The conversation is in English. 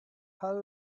hull